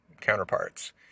counterparts